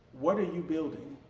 what are you building?